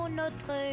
notre